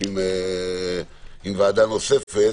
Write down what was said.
עם ועדה נוספת